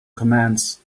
commands